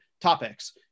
topics